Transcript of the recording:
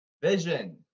Vision